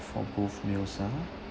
for both meals ah